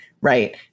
right